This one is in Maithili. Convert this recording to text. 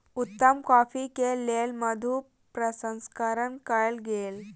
उत्तम कॉफ़ी के लेल मधु प्रसंस्करण कयल गेल